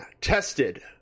tested